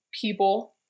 people